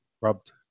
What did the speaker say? rubbed